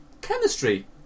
chemistry